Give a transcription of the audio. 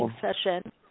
session